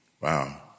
Wow